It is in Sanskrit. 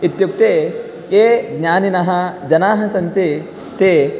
इत्युक्ते ये ज्ञानिनः जनाः सन्ति ते